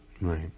Right